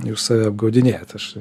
jūs save apgaudinėjat aš